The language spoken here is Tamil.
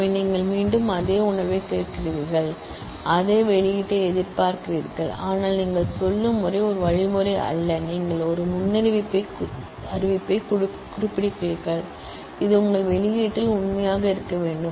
எனவே நீங்கள் மீண்டும் அதே பீலை கேட்கிறீர்கள் அதே அவுட்புட் எதிர்பார்க்கிறீர்கள் ஆனால் நீங்கள் சொல்லும் முறை ஒரு வழிமுறை அல்ல நீங்கள் ஒரு ப்ரெடிகேட்டை குறிப்பிடுகிறீர்கள் இது உங்கள் அவுட்புட்ல் உண்மையாக இருக்க வேண்டும்